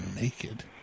naked